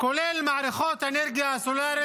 כולל את מערכות האנרגיה הסולרית